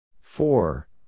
Four